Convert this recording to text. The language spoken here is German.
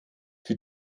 für